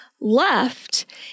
left